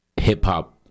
Hip-hop